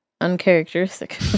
uncharacteristic